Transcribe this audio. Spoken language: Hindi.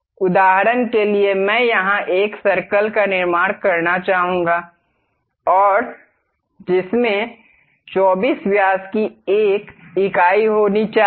उदाहरण के लिए मैं यहां एक सर्कल का निर्माण करना चाहूंगा और जिसमें 24 व्यास की एक इकाई होनी चाहिए